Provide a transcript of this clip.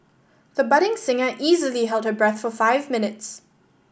the budding singer easily held her breath for five minutes